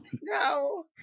no